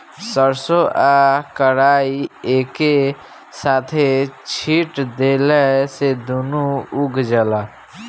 सरसों आ कराई एके साथे छींट देला से दूनो उग जाला